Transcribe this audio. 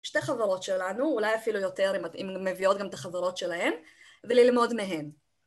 שתי חברות שלנו, אולי אפילו יותר אם מביאות גם את החברות שלהן, וללמוד מהן.